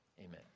amen